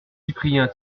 cyprien